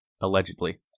Allegedly